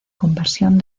conversión